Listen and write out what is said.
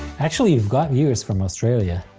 actually we've got viewers from australia.